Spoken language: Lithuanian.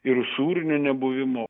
ir usūrinių nebuvimo